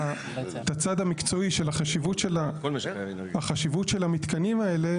את הצד המקצועי של החשיבות של המתקנים האלה,